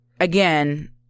again